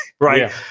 right